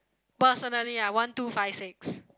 personally ah one two five six